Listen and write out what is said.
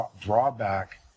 drawback